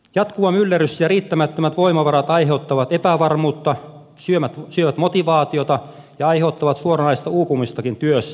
jatkuva myllerrys ja riittämättömät voimavarat aiheuttavat epävarmuutta syövät motivaatiota ja aiheuttavat suoranaista uupumistakin työssä